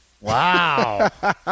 Wow